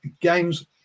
games